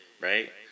right